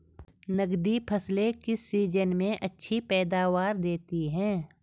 नकदी फसलें किस सीजन में अच्छी पैदावार देतीं हैं?